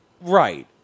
Right